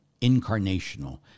incarnational